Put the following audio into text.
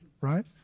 right